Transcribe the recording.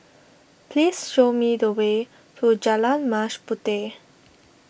please show me the way to Jalan Mas Puteh